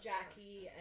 Jackie